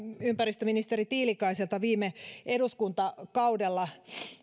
ympäristöministeri tiilikaiselta viime eduskuntakaudella